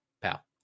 pal